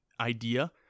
idea